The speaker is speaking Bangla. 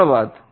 ধন্যবাদ